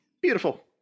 Beautiful